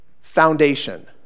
foundation